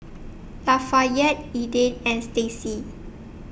Lafayette Edythe and Stacie